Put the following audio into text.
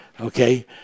okay